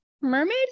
mermaid